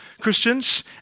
Christians